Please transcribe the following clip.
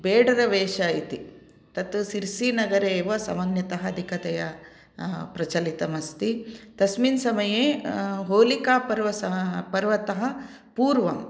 बेडरवेष इति तत्र सिर्सिनगरे एव सामान्यतः अधिकतया प्रचलितमस्ति तस्मिन् समये होलिकापर्वतः पर्वतः पूर्वम्